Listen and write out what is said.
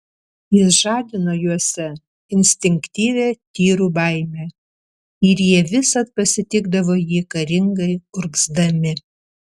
jis žadino juose instinktyvią tyrų baimę ir jie visad pasitikdavo jį karingai urgzdami